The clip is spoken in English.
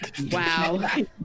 Wow